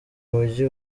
mujyi